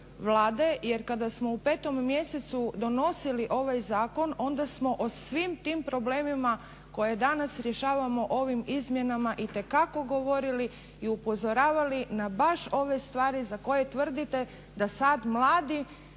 Vlade. Jer kada smo u 5 mjesecu donosili ovaj zakon onda smo o svim tim problemima koje danas rješavamo ovim izmjenama itekako govorili i upozoravali na baš ove stvari za koje tvrdite da sad mladi